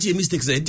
mistakes